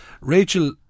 Rachel